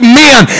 men